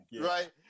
Right